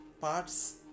parts